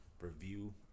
review